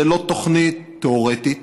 זו לא תוכנית תיאורטית,